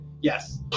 Yes